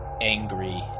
angry